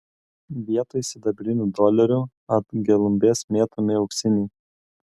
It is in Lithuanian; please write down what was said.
vietoj sidabrinių dolerių ant gelumbės mėtomi auksiniai